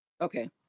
okay